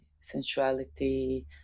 sensuality